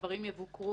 הדברים יבוקרו